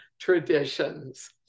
traditions